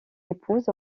épouse